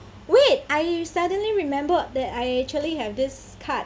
wait I suddenly remembered that I actually have this card